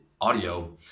audio